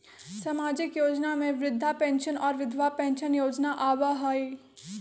सामाजिक योजना में वृद्धा पेंसन और विधवा पेंसन योजना आबह ई?